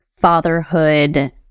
fatherhood